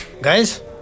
Guys